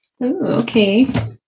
Okay